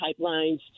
pipelines